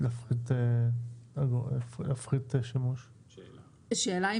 השאלה היא